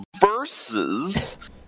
versus